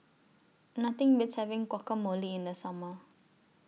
Nothing Beats having Guacamole in The Summer